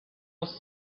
was